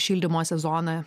šildymo sezoną